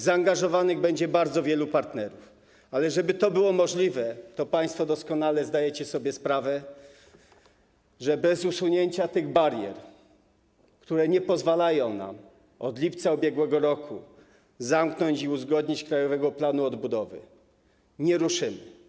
Zaangażowanych będzie bardzo wielu partnerów, ale żeby to było możliwe, to państwo doskonale zdajecie sobie sprawę z tego, że bez usunięcia tych barier, które nie pozwalają nam od lipca ubiegłego roku zamknąć i uzgodnić Krajowego Planu Odbudowy, nie ruszymy.